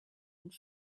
and